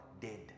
Dead